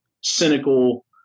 cynical